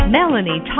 Melanie